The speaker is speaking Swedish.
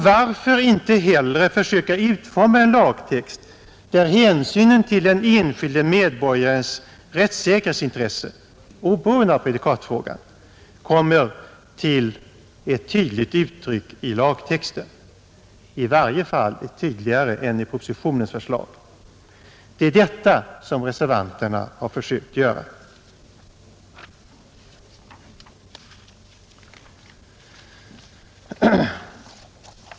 Varför inte hellre försöka utforma en lagtext där hänsynen till den enskilde medborgarens rättssäkerhetsintresse, oberoende av prejudikatfrågan, kommer till ett tydligt uttryck i lagtexten, i varje fall tydligare än enligt propositionens förslag? Det är detta som reservanterna har försökt göra.